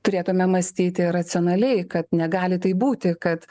turėtume mąstyti racionaliai kad negali taip būti kad